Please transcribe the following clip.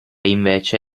invece